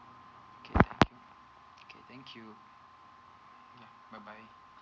okay okay thank you ya bye bye